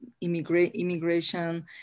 immigration